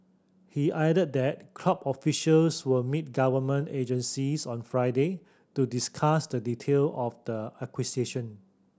he added that club officials will meet government agencies on Friday to discuss the detail of the acquisition